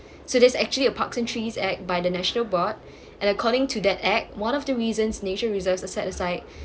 so there's actually a parks and trees act by the national board and according to that act one of the reasons nature reserve has set aside